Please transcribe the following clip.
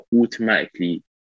automatically